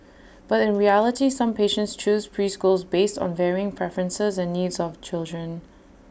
but in reality some patients choose preschools based on varying preferences and needs of children